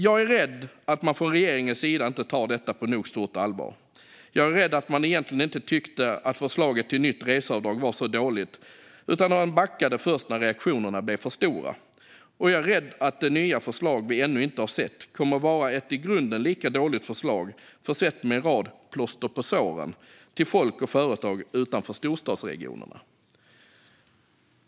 Jag är rädd att man från regeringens sida inte tar detta på nog stort allvar. Jag är rädd att man egentligen inte tyckte att förslaget till nytt reseavdrag var så dåligt utan att man backade först när reaktionerna blev för stora. Och jag är rädd att det nya förslag vi ännu inte har sett kommer att vara ett i grunden lika dåligt förslag, försett med en rad plåster på såren till folk och företag utanför storstadsregionerna.